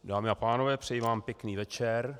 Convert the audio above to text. Dámy a pánové, přeji vám pěkný večer.